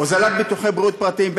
הוזלת ביטוחי בריאות פרטיים,